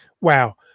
wow